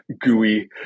gooey